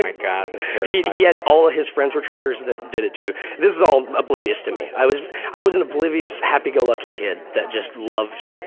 like ah he he had all his friends were truckers that did it too. this is all oblivious to me. i was i was an oblivious happy-go-lucky kid that just loved